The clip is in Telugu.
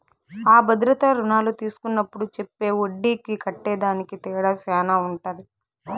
అ భద్రతా రుణాలు తీస్కున్నప్పుడు చెప్పే ఒడ్డీకి కట్టేదానికి తేడా శాన ఉంటది